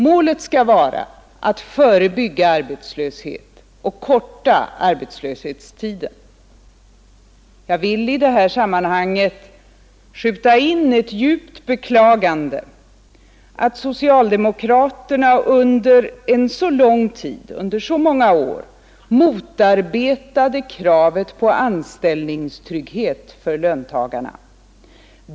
Målet skall vara att förebygga arbetslöshet och korta arbetslöshetstiden. Jag vill i det här sammanhanget djupt beklaga att socialdemokraterna under så många år motarbetat kravet på anställningstrygghet för löntagarna.